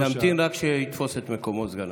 נמתין רק שיתפוס את מקומו, סגן